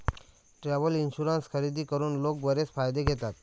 travel insurance खरेदी करून लोक बरेच फायदे घेतात